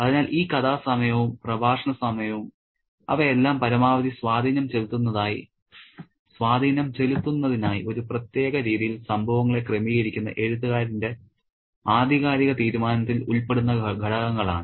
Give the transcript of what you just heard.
അതിനാൽ ഈ കഥാ സമയവും പ്രഭാഷണ സമയവും അവയെല്ലാം പരമാവധി സ്വാധീനം ചെലുത്തുന്നതിനായി ഒരു പ്രത്യേക രീതിയിൽ സംഭവങ്ങളെ ക്രമീകരിക്കുന്ന എഴുത്തുകാരന്റെ ആധികാരിക തീരുമാനത്തിൽ ഉൾപ്പെടുന്ന ഘടകങ്ങളാണ്